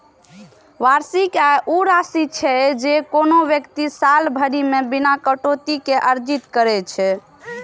वार्षिक आय ऊ राशि होइ छै, जे कोनो व्यक्ति साल भरि मे बिना कटौती के अर्जित करै छै